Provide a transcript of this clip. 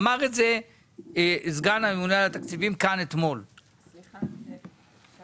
אמר את זה כאן אתמול סגן הממונה